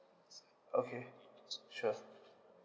okay sure